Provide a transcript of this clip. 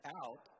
out